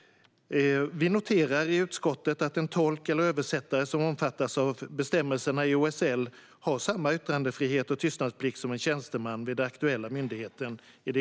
Vi noterar i utskottet att en tolk eller översättare som omfattas av bestämmelserna i OSL i det enskilda fallet har samma yttrandefrihet och tystnadsplikt som en tjänsteman vid den aktuella myndigheten.